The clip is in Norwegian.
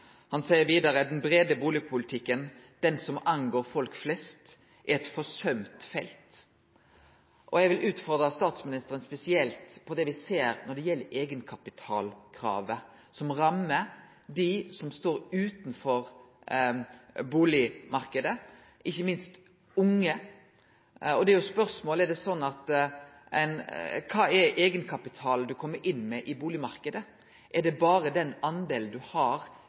Han seier vidare at «den brede boligpolitikken, den som angår folk flest, er et forsømt felt». Eg vil utfordre statsministeren spesielt på eigenkapitalkravet, som rammar dei som står utanfor bustadmarknaden, ikkje minst dei unge. Spørsmålet er jo kva som er eigenkapitalen du kjem inn med i bustadmarknaden – er det berre den delen du har i finansiering? Er det ikkje sånn at viss du er ein ung arbeidstakar, nettopp har